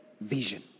vision